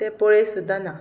ते पळय सुद्दां ना